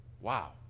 Wow